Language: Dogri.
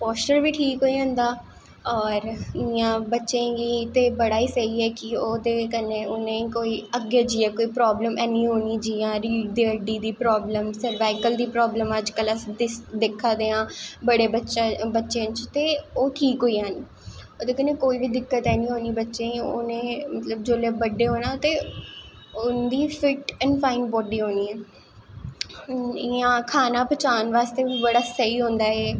पाईस्चर बी ठीक होई जंदा बच्चें गी ते बड़ा गै स्हेई ऐ ओह्दे कन्नैं कोई अग्गैं जाईयै प्रावलम नी होनीं जियां अग्गैं जाईयै कोई रीढ़ दी हड्डी दी प्रावलम सर्बाइकल दी प्रावलम अज्ज कल अस दिक्खा दे आं बड़े बच्चें च ते ओह् ठीक होई जानी ओह्दे कन्नैं केई बी दिक्कत नी होनीं बच्चें गी उनेंगी मतलव जिसलै बड्डे होनां चे उंदी फिट ऐंड़ फाईन बॉडी होनीं ऐं इयां खाना पचान बासेतै बी बड़ा स्हेई होंदा ऐ एह्